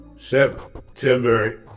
September